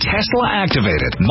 Tesla-activated